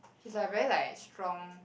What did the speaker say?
she's like very like strong